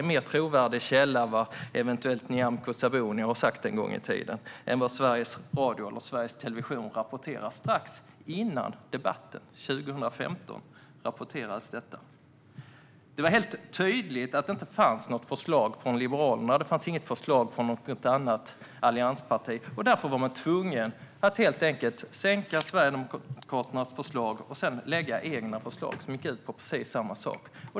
Nyamko Sabuni och det hon eventuellt har sagt en gång i tiden är tydligen mer trovärdigt än vad Sveriges Radio eller Sveriges Television rapporterade strax före debatten 2015. Det var helt tydligt att det inte fanns något förslag från Liberalerna eller något annat alliansparti. Därför var man helt enkelt tvungen att sänka Sverigedemokraternas förslag och sedan lägga fram egna förslag som gick ut på precis samma sak.